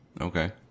Okay